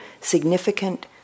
significant